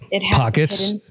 Pockets